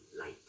light